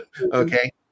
Okay